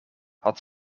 had